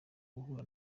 guhura